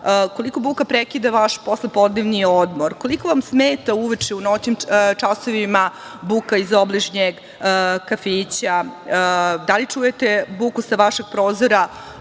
Koliko buka prekida vaš poslepodnevni odmor? Koliko vam smeta uveče u noćnim časovima buka iz obližnjeg kafića? Da li čujete buku sa vašeg prozora